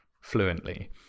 fluently